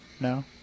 No